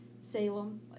Salem